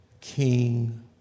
King